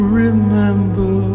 remember